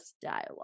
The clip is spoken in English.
dialogue